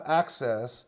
access